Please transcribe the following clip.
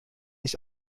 ich